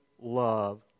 love